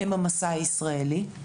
הם המסע הישראלי.